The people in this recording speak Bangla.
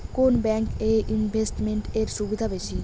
কোন ব্যাংক এ ইনভেস্টমেন্ট এর সুবিধা বেশি?